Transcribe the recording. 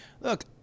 look